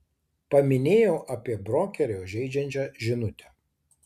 paminėjau apie brokerio žeidžiančią žinutę